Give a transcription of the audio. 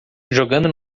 jogando